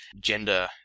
gender